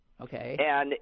Okay